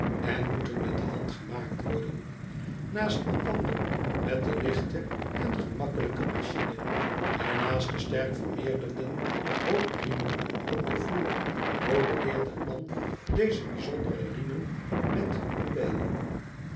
en moeten met de hand gemaakt worden naast elkander met de lichte en gemakkelijke machine en naast den sterk vermeerderenden hoop riemen op den vloer modelleert een man deze bijzondere riemen met een bijl